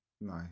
no